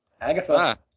Agatha